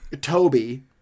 Toby